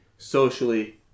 socially